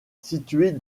située